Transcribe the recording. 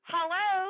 Hello